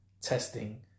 testing